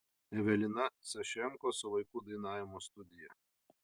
evelina sašenko su vaikų dainavimo studija